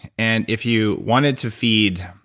and if you wanted to feed,